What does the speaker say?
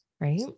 Right